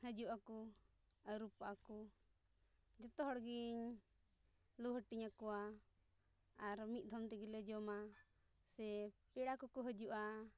ᱦᱤᱡᱩᱜ ᱟᱠᱚ ᱟᱹᱨᱩᱵᱚᱜᱼᱟᱠᱚ ᱡᱚᱛᱚᱦᱚᱲ ᱜᱤᱧ ᱞᱩ ᱦᱟᱹᱴᱤᱧ ᱟᱠᱚᱣᱟ ᱟᱨ ᱢᱤᱫ ᱫᱷᱚᱢ ᱛᱮᱜᱮᱞᱮ ᱡᱚᱢᱟ ᱥᱮ ᱯᱮᱲᱟ ᱠᱚᱠᱚ ᱦᱤᱡᱩᱜᱼᱟ